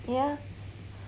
yeah